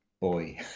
boy